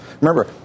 Remember